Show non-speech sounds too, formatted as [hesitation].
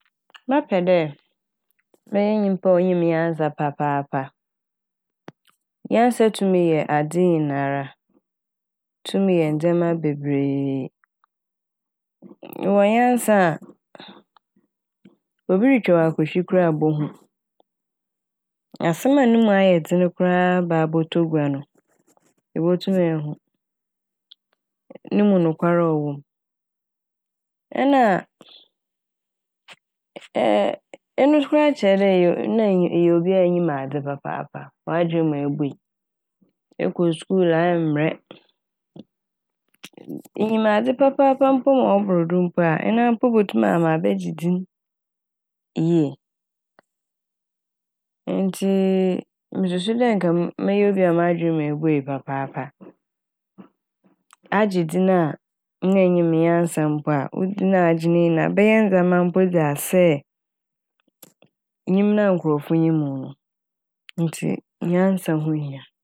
Mɛpɛ dɛ mɛyɛ nyimpa a onyim nyansa papaapa. Nyansa tum yɛ adze nyinara, otum yɛ ndzɛma bebree. Ewɔ nyansa a obi rutwa wo akohwe koraa ibohu. Asɛm a no mu ayɛ dzen koraa a ba abɔtɔ gua no ibotum ehu no mu nokwar a ɔwɔ mu. Nna [hesitation] ɛno koraa kyerɛ dɛ eyɛ - nna eyɛ obi a onyim adze papaapa, w'adwen mu ebuei. Ekɔ skuul a ɛmmbrɛ, enyim adze papaapa mpo ma ɔbordo mpo a ɛna mpo abɛgye dzin yie ntsi mususu dɛ mɛyɛ obi a anka n'adwen mu ebuei papaapa. Agye dzin a na ennyim nyansa mpo a wo dzin a agye no nyinara bɛyɛ ndzɛma mpo dza asɛe nyim na nkorɔfo nyim wo no ntsi nyansa ho hia.